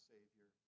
Savior